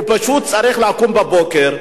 הוא פשוט צריך לקום בבוקר,